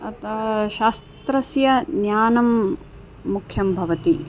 अतः शास्त्रस्य ज्ञानं मुख्यं भवति